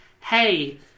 hey